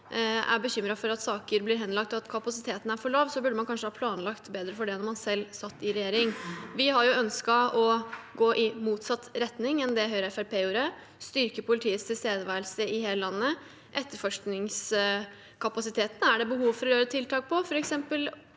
er bekymret for at saker blir henlagt, at kapasiteten er for lav, burde man kanskje ha planlagt bedre for det da man selv satt i regjering. Vi har ønsket å gå i motsatt retning av det Høyre og Fremskrittspartiet gjorde, og styrke politiets tilstedeværelse i hele landet. Etterforskningskapasiteten er det behov for å gjøre tiltak på, f.eks.